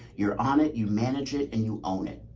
you're on it, you manage it and you own it.